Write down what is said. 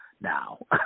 now